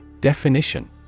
Definition